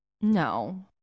no